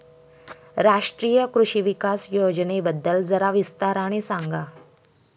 राष्ट्रीय कृषि विकास योजनेबद्दल जरा विस्ताराने सांगा